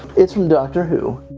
it's from doctor who.